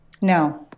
No